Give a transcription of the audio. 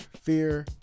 fear